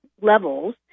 levels